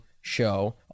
show